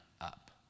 up